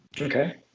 Okay